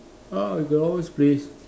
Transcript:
ah we can always play